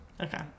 Okay